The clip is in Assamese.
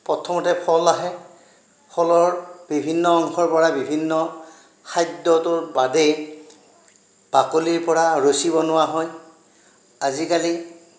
প্ৰথমতে ফল আহে ফলৰ বিভিন্ন অংশৰ পৰা বিভিন্ন খাদ্যটোৰ বাদে বাকলিৰ পৰা ৰছী বনোৱা হয় আজি কালি